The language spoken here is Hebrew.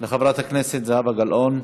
חברת הכנסת זהבה גלאון.